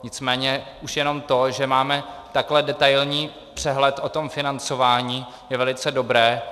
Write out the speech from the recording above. Nicméně už jenom to, že máme takový detailní přehled o tom financování, je velice dobré.